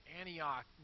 Antioch